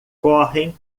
correm